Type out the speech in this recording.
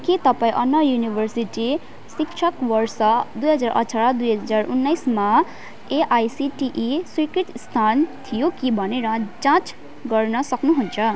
के तपाईँँ अन्ना युनिभर्सिटी शिक्षक वर्ष दुई हजार अठार दुई हजार उन्नाइसमा एआइसिटिई स्वीकृत स्थान थियो कि भनेर जाँच गर्न सक्नु हुन्छ